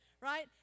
right